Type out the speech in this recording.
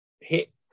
hit